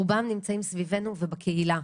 רובם נמצאים סביבנו ובקהילה.